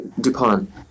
Dupont